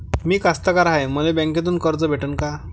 मी कास्तकार हाय, मले बँकेतून कर्ज भेटन का?